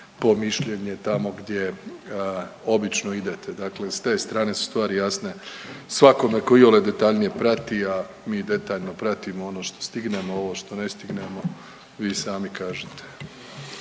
po mišljenje tamo gdje obično idete. Dakle, s te strane su stvari jasne svakome tko iole detaljnije prati, a mi detaljno pratimo ono što stignemo. Ovo što ne stignemo vi sami kažete.